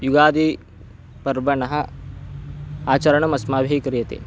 युगादिपर्वणः आचरणमस्माभिः क्रियते